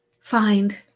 find